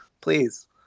please